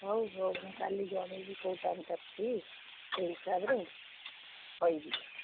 ହଉ ହଉ ମୁଁ କାଲି ଜଣାଇବି କେଉଁ ଟାଇମ୍ ଟା ଠିକ୍ ସେଇ ଟାଇମ୍ରେ କହିବି